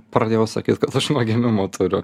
pradėjau sakyt kad aš nuo gimimo turiu